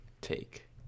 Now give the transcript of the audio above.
take